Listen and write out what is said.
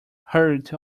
hurried